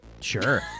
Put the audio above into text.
Sure